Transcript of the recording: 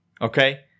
Okay